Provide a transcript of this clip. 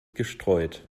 gestreut